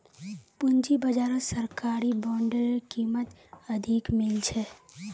पूंजी बाजारत सरकारी बॉन्डेर कीमत अधिक मिल छेक